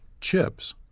Chips